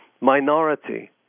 minority